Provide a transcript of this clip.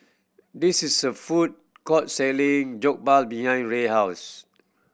this is a food court selling Jokbal behind Ray house